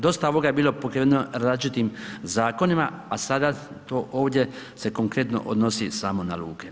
Dosta ovoga je bilo pokriveno različitim zakonima, a sada ovdje se konkretno odnosi samo na luke.